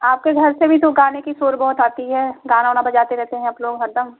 आपके घर से भी तो गाने की शोर बहुत आती है गाना वाना बजाते रहते हैं आप लोग हर दम